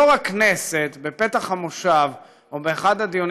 יו"ר הכנסת בפתח המושב או באחד הדיונים